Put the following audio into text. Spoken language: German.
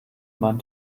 man